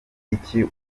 iki